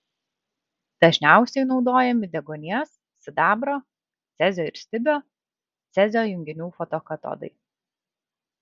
dažniausiai naudojami deguonies sidabro cezio ir stibio cezio junginių fotokatodai